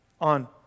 on